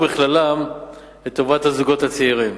ובכלל זה לטובת הזוגות הצעירים.